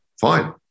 Fine